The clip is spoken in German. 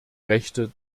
rechte